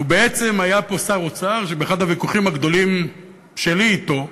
ובעצם היה פה שר אוצר שבאחד הוויכוחים הגדולים שלי אתו,